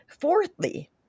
Fourthly